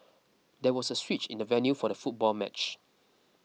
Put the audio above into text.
there was a switch in the venue for the football match